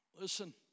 Listen